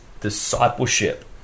discipleship